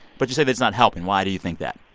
but you say that it's not helping. why do you think that?